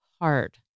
hard